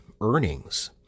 earnings